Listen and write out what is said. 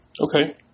Okay